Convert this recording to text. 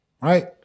right